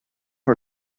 for